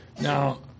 Now